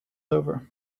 over